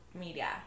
media